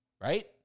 Right